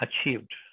achieved